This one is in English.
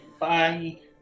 Bye